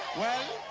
well,